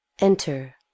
Enter